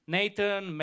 Nathan